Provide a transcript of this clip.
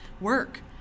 work